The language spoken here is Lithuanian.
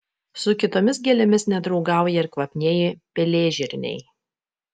su kitomis gėlėmis nedraugauja ir kvapnieji pelėžirniai